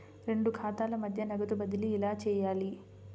రెండు ఖాతాల మధ్య నగదు బదిలీ ఎలా చేయాలి?